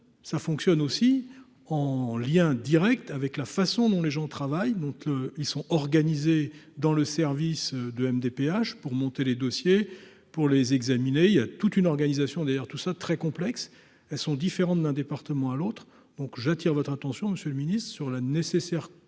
ça fonctionne aussi en lien Direct avec la façon dont les gens travaillent donc le ils sont organisés dans le service de MDPH pour monter les dossiers pour les examiner, il y a toute une organisation derrière tout ça, très complexe, elles sont différentes d'un département à l'autre, donc j'attire votre intention, Monsieur le Ministre, sur la nécessaire